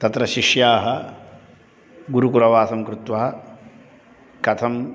तत्र शिष्याः गुरुकुलवासं कृत्वा कथम्